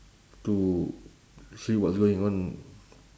to see what's going on